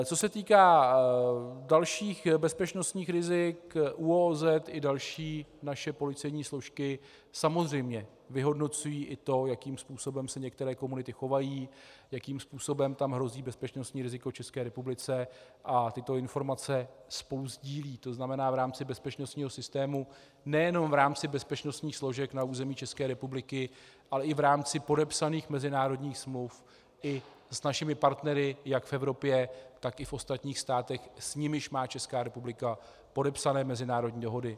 Co se týká dalších bezpečnostních rizik, ÚOOZ i další naše policejní složky samozřejmě vyhodnocují i to, jakým způsobem se některé komunity chovají, jakým způsobem tam hrozí bezpečnostní riziko České republice, a tyto informace spolu sdílejí, tzn. v rámci bezpečnostního systému nejenom v rámci bezpečnostních složek na území České republiky, ale i v rámci podepsaných mezinárodních smluv i s našimi partnery jak v Evropě, tak i v ostatních státech, s nimiž má Česká republika podepsané mezinárodní dohody.